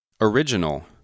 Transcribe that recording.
Original